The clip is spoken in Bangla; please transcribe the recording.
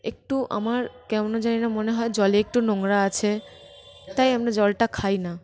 একটু আমার কেন জানি না মনে হয় জলে একটু নোংরা আছে তাই আমরা জলটা খাই না